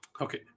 okay